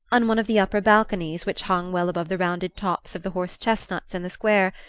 on one of the upper balconies, which hung well above the rounded tops of the horse-chestnuts in the square,